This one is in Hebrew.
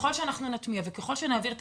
וככל שאנחנו נטמיע וככל שנעביר את